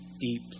deep